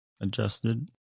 adjusted